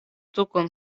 tukon